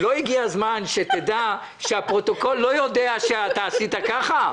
לא הגיע הזמן שאתה תדע שהפרוטוקול לא יודע שאתה עשית תנועה כזאת?